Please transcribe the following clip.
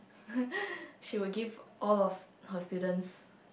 she would give all of her students